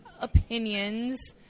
opinions